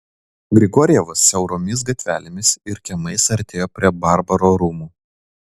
grigorjevas siauromis gatvelėmis ir kiemais artėjo prie barbaro rūmų